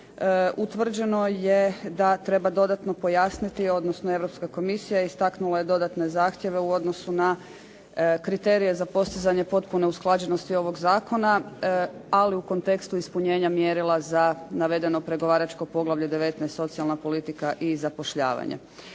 utvrđeno je da treba dodatno pojasniti, odnosno Europska komisija istaknula je dodatne zahtjeve u odnosu na kriterije za postizanje potpune usklađenosti ovog zakona, ali u kontekstu ispunjenja mjerila za navedeno pregovaračko poglavlje 19. - Socijalna politika i zapošljavanje.